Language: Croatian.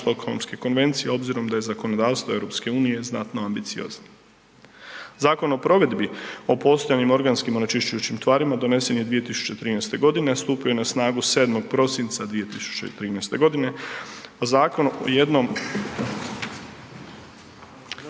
Štokholmske konvencije s obzirom da je zakonodavstvo EU znatno ambicioznije. Zakon o provedbi o postojanim organskim onečišćujućim tvarima donesen je 2013. g., a stupio je na snagu 7. prosinca 2013. g. Zakon jednom…